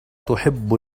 تحب